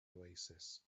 oasis